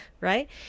right